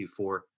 Q4